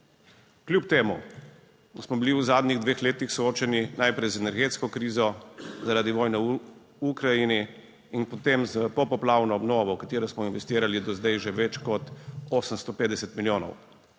Kljub temu, da smo bili v zadnjih dveh letih soočeni najprej z energetsko krizo zaradi vojne v Ukrajini in potem s popoplavno obnovo, v katero smo investirali do zdaj že več kot 850 milijonov,